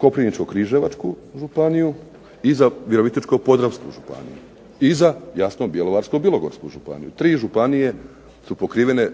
Koprivničko-križevačku županiju i za Virovitičko-podravsku županiju i za jasno Bjelovarsko-bilogorsku županiju. Tri županije su pokrivene